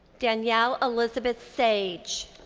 danielle elizabeth sage.